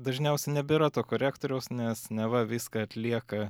dažniausiai nebėra to korektoriaus nes neva viską atlieka